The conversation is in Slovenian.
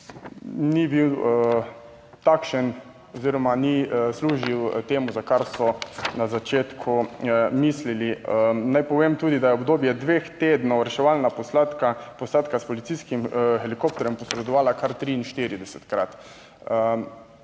ni bil takšen oziroma ni služil temu, za kar so na začetku mislili. Naj povem tudi, da je obdobje dveh tednov reševalna posadka s policijskim helikopterjem posredovala kar 43-krat.